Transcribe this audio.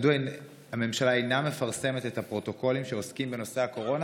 מדוע הממשלה אינה מפרסמת את הפרוטוקולים שעוסקים בנושא הקורונה?